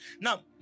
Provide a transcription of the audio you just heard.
Now